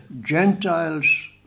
Gentiles